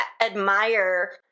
admire